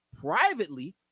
privately